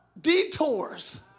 detours